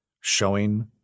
showing